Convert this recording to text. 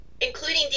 including